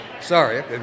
sorry